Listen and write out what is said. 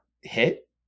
hit